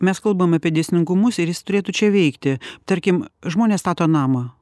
mes kalbam apie dėsningumus ir jis turėtų čia veikti tarkim žmonės stato namą